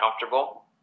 comfortable